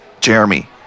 Jeremy